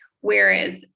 whereas